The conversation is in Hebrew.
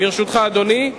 ברשותך, אדוני,